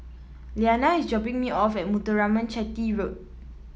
Liana is dropping me off at Muthuraman Chetty Road